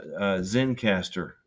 ZenCaster